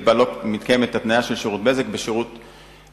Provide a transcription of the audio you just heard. שבה לא מתקיימת התניה של שירות בזק בשירות בזק,